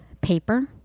paper